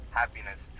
happiness